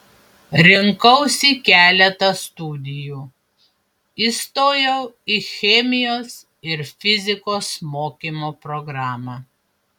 rinkausi keletą studijų įstojau į chemijos ir fizikos mokymo programą